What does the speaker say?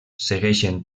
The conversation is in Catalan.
segueixen